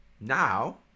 now